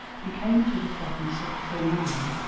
he came to the province of kirman.